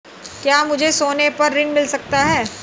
क्या मुझे सोने पर ऋण मिल सकता है?